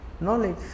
Knowledge